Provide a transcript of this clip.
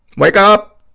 wake up.